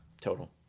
total